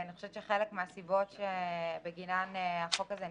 חלק מהסיבות שבגינן החוק הזה נדרש,